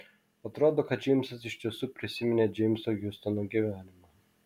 atrodo kad džeimsas iš tiesų prisiminė džeimso hiustono gyvenimą